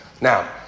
Now